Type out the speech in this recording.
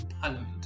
parliament